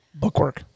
Bookwork